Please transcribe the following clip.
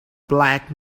black